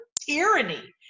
tyranny